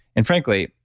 and frankly,